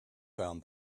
found